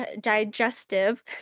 digestive